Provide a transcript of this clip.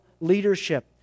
leadership